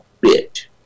bit